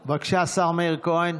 בבקשה, השר מאיר כהן.